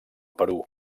perú